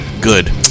good